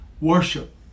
worship